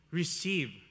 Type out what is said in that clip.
receive